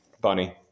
Bunny